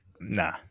nah